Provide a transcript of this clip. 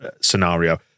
scenario